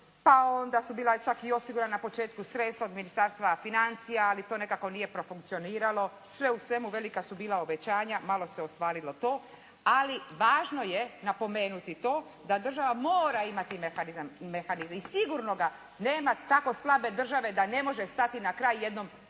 pa onda su bila čak i osigurana na početku sredstva od Ministarstva financija ali to nekako nije profunkcioniralo. Sve u svemu velika su bila obećanja, malo se ostvarilo to. Ali važno je napomenuti to da država mora imati mehanizam i sigurno ga, nema tako slabe države da ne može stati na kraj jednom